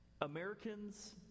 Americans